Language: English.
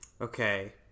okay